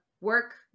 work